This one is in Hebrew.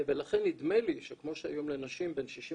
ולכן נדמה לי, שכמו שהיום לנשים בין 62